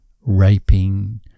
raping